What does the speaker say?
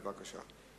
בבקשה.